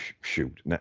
shoot